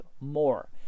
more